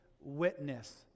witness